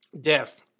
death